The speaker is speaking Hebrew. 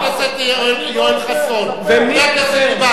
חבר הכנסת יואל חסון, ספר.